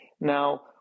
now